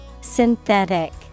Synthetic